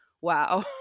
wow